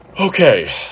okay